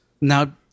now